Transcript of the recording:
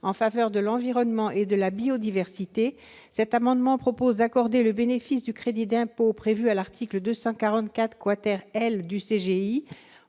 en faveur de l'environnement et de la biodiversité, cet amendement tend à accorder le bénéfice du crédit d'impôt prévu à l'article 244 L du